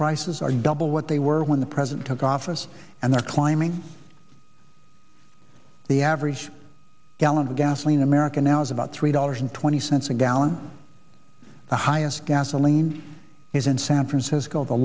prices are double what they were when the president took office and they're climbing the average gallon of gasoline american now is about three dollars and twenty cents a gallon the highest gasoline is in san francisco the